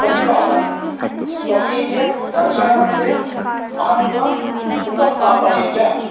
प्रतिपादने स्वकीयदर्शनस्य महत्त्व उपस्थापने च